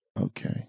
Okay